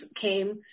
came